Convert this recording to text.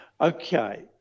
Okay